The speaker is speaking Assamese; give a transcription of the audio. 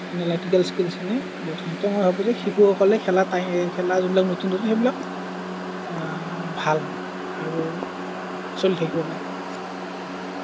এনালিটিকেল স্কিলছখিনি সেইকাৰণে মই ভাবোঁ যে শিশুসকলে খেলা টাইম খেলা ধূলা নতুন নতুন এইবিলাক ভাল আৰু চলি থাকিব লাগে